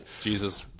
Jesus